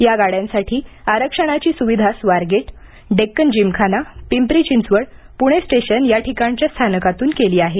या गाड्यांसाठी आरक्षणाची सुविधा स्वारगेटडेक्कन जिमखाना पिंपरी चिंचवड पुणे स्टेशन याठिकाणच्या स्थानकांतून केली आहे